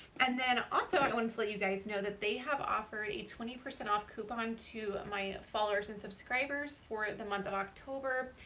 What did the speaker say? and then also, i wanted to let you guys know that they have offered a twenty percent off coupon to my followers and subscribers for the month of october!